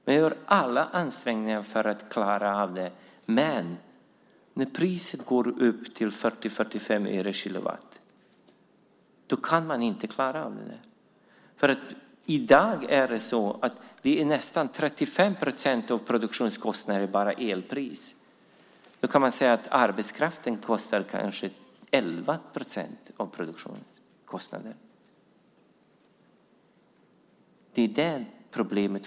Man gör alla ansträngningar för att klara av det, men när priset går upp till 40-45 öre per kilowattimme klarar man det inte. I dag är elkostnaden nästan 35 procent av produktionskostnaden. Kostnaden för arbetskraften är 11 procent av produktionskostnaden. Detta är fortfarande problemet.